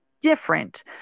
different